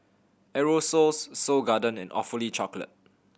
Aerosoles Seoul Garden and Awfully Chocolate